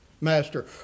master